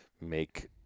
make